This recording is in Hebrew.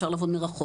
אפשר לעבוד מרחוק.